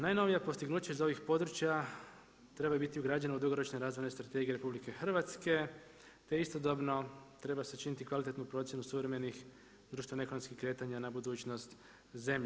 Najnovija postignuća iz ovih područja trebaju biti ugrađena u dugoročne razvojne strategije RH te istodobno treba sačiniti kvalitetnu procjenu suvremenih društveno-ekonomskih kretanja na budućnost zemlje.